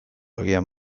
agian